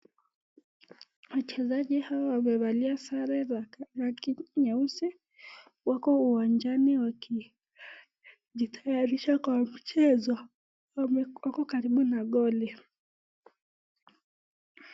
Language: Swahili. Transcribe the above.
Wachezaji hawa wamevalia sare rangi nyeusi. Wako uwanjani wakijitayarisha kwa mchezo. Wako karibu na goli .